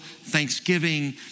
thanksgiving